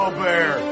bear